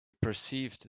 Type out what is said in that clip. perceived